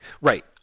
Right